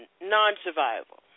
non-survival